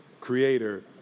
creator